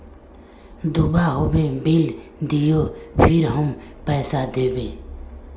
दूबा होबे बिल दियो फिर हम पैसा देबे?